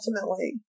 ultimately